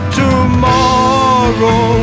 tomorrow